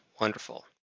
Wonderful